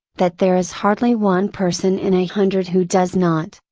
that there is hardly one person in a hundred who does not,